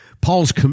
Paul's